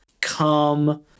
come